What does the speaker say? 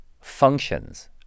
functions